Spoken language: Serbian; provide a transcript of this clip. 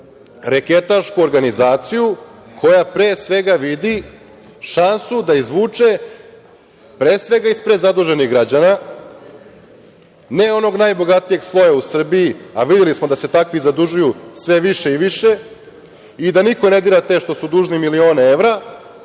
reketašku organizaciju koja, pre svega vidi šansu da izvuče, pre svega iz prezaduženih građana, ne onog najbogatijeg sloja u Srbiji, a videli smo da se takvi zadužuju sve više i više i da niko ne dira te što su dužni milione evra,